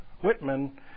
Whitman